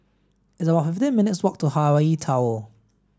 it's about fifteen minutes' walk to Hawaii Tower